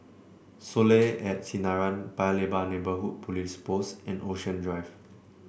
Soleil at Sinaran Paya Lebar Neighbourhood Police Post and Ocean Drive